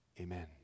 Amen